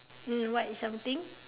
mm what is something